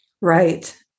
Right